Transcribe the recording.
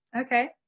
Okay